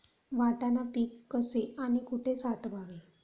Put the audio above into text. वाटाणा पीक कसे आणि कुठे साठवावे?